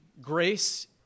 grace